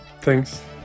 Thanks